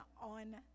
on